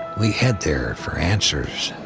we head there for answers.